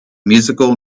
musical